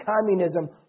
communism